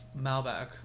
Malbec